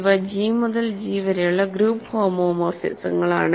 ഇവ G മുതൽ G വരെയുള്ള ഗ്രൂപ്പ് ഹോമോമോർഫിസങ്ങളാണ്